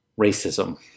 racism